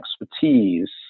expertise